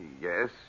Yes